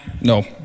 no